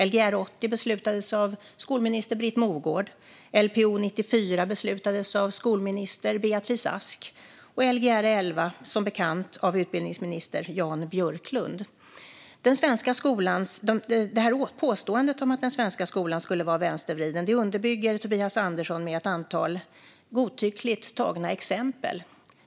Lgr 80 beslutades av skolminister Britt Mogård, Lpo 94 beslutades av skolminister Beatrice Ask och Lgr 11 beslutades, som bekant, av utbildningsminister Jan Björklund. Påståendet om att den svenska skolan skulle vara vänstervriden underbygger Tobias Andersson med ett antal godtyckligt tagna exempel. Det duger inte, Tobias Andersson, med ett antal godtyckligt tagna exempel.